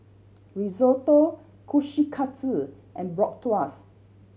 Risotto Kushikatsu and Bratwurst